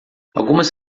algumas